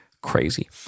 crazy